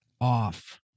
off